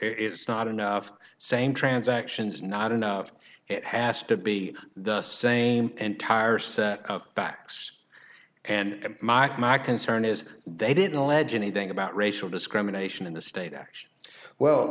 it's not enough same transactions not enough it has to be the same entire set of facts and mark my concern is they didn't alleging anything about racial discrimination in the state action well